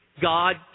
God